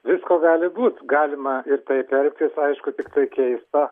visko gali būt galima ir taip elgtis aišku tiktai keista